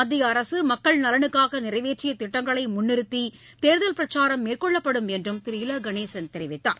மத்திய அரசு மக்கள் நலனுக்காக நிறைவேற்றிய திட்டங்களை முன்னிறுத்தி தேர்தல் பிரச்சாரம் மேற்கொள்ளப்படும் என்றும் திரு இல கணேசன் தெரிவித்தார்